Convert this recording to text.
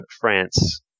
France